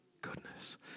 goodness